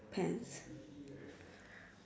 pants